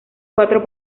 cuatro